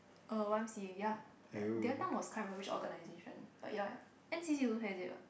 uh Y_M_C_A ya the other time was can't remember which organisation but ya N_C_C also has it [what]